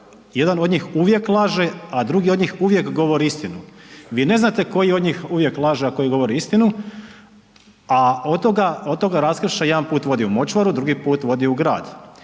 jedan od njih uvijek laže a drugi od njih uvijek govori istinu, vi ne znate koji od njih uvijek laže a koji govori istinu a od toga raskršća jedan put vodi u močvaru, drugi put vodi u grad.